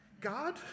God